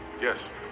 Yes